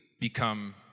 become